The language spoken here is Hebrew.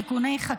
(תיקון מס' 25)